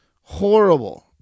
horrible